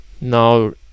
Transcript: now